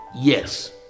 Yes